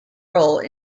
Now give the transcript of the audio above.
role